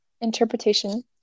interpretation